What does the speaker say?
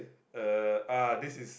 uh ah this is